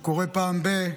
מה שקורה פעם ב-,